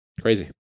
crazy